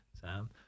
Sam